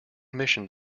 mission